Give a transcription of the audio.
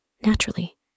naturally